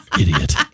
Idiot